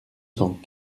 cent